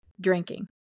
drinking